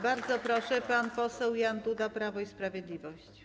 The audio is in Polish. Bardzo proszę, pan poseł Jan Duda, Prawo i Sprawiedliwość.